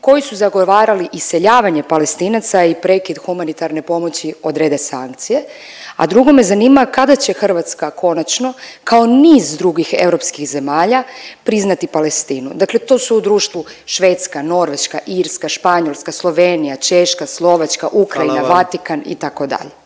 koji su zagovarali iseljavanje Palestinaca i prekid humanitarne pomoći odrede sankcije? A drugo me zanima, kada će Hrvatska konačno kao niz drugih europskih zemalja priznati Palestinu? Dakle, to su u društvu Švedska, Norveška, Irska, Španjolska, Slovenija, Češka, Slovačka, Ukrajina …/Upadica